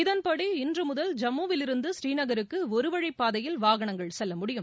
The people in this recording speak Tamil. இதன்படி இன்று முதல் ஜம்முவிலிருந்து ஸ்ரீநருக்கு ஒரு வழி பாதையில் வாகனங்கள் செல்ல முடியும்